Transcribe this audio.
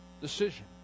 decision